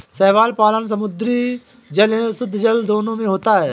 शैवाल पालन समुद्री जल एवं शुद्धजल दोनों में होता है